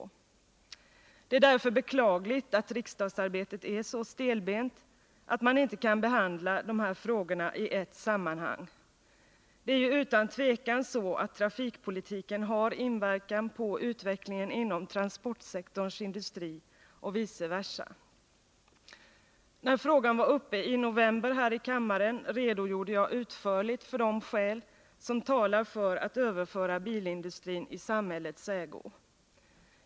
Det är därför beklagligt att riksdagsarbetet är så stelbent att man inte kan behandla dessa frågor i ett sammanhang. Det är ju utan tvivel så att trafikpolitiken har inverkan på utvecklingen inom transportsektorns industri och vice versa. När frågan var uppe här i kammaren i november redogjorde jag utförligt för de skäl som talar för att överföra bilindustrin i samhällets ägo.